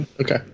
Okay